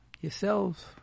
yourselves